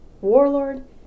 Warlord